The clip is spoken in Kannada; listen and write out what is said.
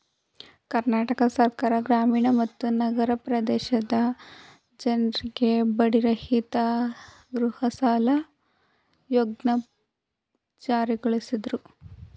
ಕರ್ನಾಟಕ ಸರ್ಕಾರ ಗ್ರಾಮೀಣ ಮತ್ತು ನಗರ ಪ್ರದೇಶದ ಜನ್ರಿಗೆ ಬಡ್ಡಿರಹಿತ ಗೃಹಸಾಲ ಯೋಜ್ನೆ ಜಾರಿಗೊಳಿಸಿದ್ರು